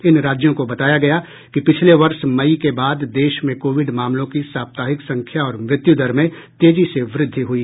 इन राज्यों को बताया गया कि पिछले वर्ष मई के बाद देश में कोविड मामलों की साप्ताहिक संख्या और मृत्युदर में तेजी से वृद्धि हुई